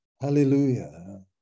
hallelujah